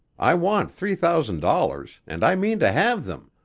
i want three thousand dollars, and i mean to have them,